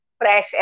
fresh